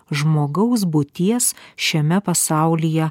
žmogaus būties šiame pasaulyje